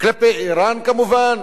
כלפי אירן, כמובן,